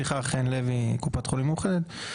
חן לוי קופת חולים מאוחדת.